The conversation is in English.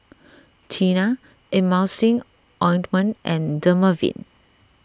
Tena Emulsying Ointment and Dermaveen